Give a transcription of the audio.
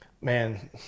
Man